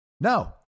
No